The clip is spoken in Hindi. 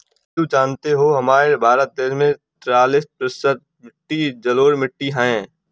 राजू जानते हो हमारे भारत देश में तिरालिस प्रतिशत मिट्टी जलोढ़ मिट्टी हैं